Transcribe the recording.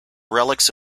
relics